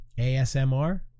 ASMR